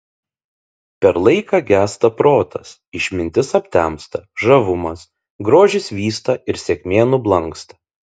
per laiką gęsta protas išmintis aptemsta žavumas grožis vysta ir sėkmė nublanksta